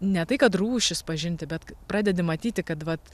ne tai kad rūšis pažinti bet pradedi matyti kad vat